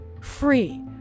free